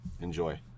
Enjoy